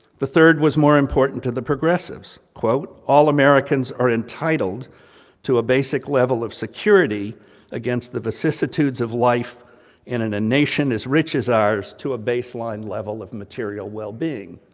the third, was more important to the progressives, quote all americans are entitled to a basic level of security against the vicissitudes of life, and in a nation as rich as ours to a base line level of material well being,